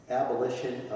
abolition